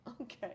Okay